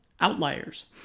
outliers